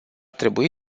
trebui